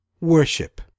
Worship